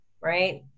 right